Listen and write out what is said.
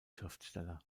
schriftsteller